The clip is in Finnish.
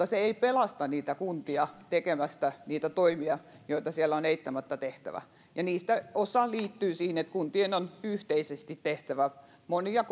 se ei pelasta niitä kuntia tekemästä niitä toimia joita siellä on eittämättä tehtävä niistä osa liittyy siihen että kuntien on yhteisesti tehtävä monia